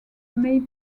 may